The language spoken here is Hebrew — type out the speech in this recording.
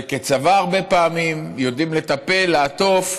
כצבא הרבה פעמים, יודעים לטפל, לעטוף,